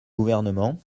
gouvernement